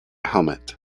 helmet